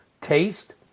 taste